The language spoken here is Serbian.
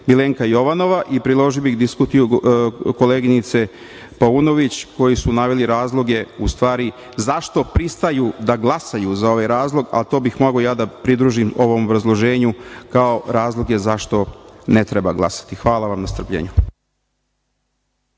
Milenka Jovanova i priložio bih diskusiju koleginice Paunović, koji su naveli razloge, u stvari, zašto pristaju da glasaju za ovaj razlog, a to bih mogao ja da pridružim ovom obrazloženju kao razloge zašto ne treba glasati. Hvala vam na strpljenju.